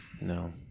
No